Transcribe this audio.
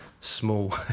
small